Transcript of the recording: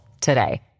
today